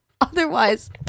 otherwise